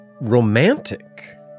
romantic